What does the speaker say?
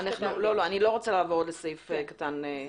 לא, אני לא רוצה לעבור עוד לסעיף קטן (ב).